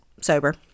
sober